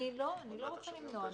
אני לא רוצה למנוע,